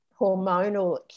hormonal